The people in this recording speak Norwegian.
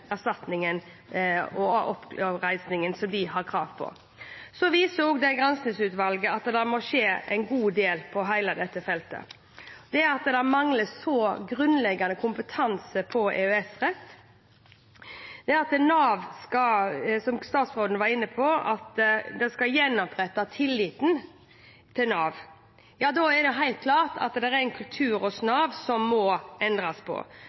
erstatningen og oppreisningen de har krav på. Så viser også granskingsutvalget at det må skje en god del på hele dette feltet. Når man mangler grunnleggende kompetanse på EØS-rett, når tilliten til Nav må gjenopprettes, som statsråden var inne på, er det helt klart at det er en kultur i Nav som må endres på.